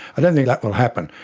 i don't think that will happen.